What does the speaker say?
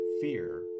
fear